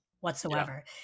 whatsoever